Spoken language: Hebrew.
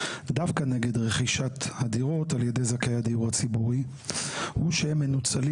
דווקא נגד רכישת הדירות על ידי זכאי הדיור הציבורי הוא שהם מנוצלים